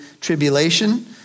tribulation